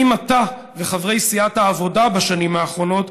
האם אתה וחברי סיעת העבודה בשנים האחרונות